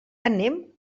anem